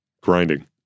Grinding